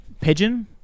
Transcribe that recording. Pigeon